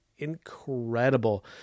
Incredible